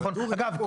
אגב,